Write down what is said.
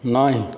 नहि